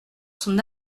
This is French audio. son